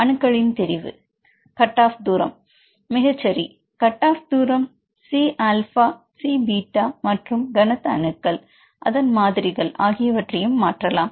மாணவர் அணுக்களின் தெரிவு மாணவர் கட் ஆஃப் தூரம் மிகச் சரி கட் ஆஃப் தூரம் C aplha C beta மற்றும் தனத்த அணுக்கள் அதன் மாதிரிகள் ஆகியவற்றையும் மாற்றலாம்